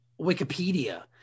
Wikipedia